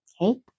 okay